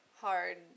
hard